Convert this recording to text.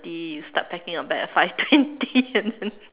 thirty you start packing your bag at five twenty and then